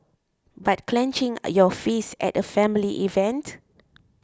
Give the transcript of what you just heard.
but clenching your fists at a family event